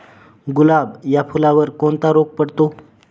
गुलाब या फुलावर कोणता रोग पडतो?